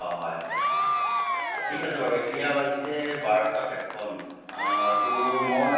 অঁ হয় হয় ঠিক আছে বাৰু এতিয়া বাজিছে বাৰটা তেপন্ন অঁ তো মই